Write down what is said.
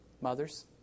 mothers